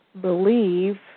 believe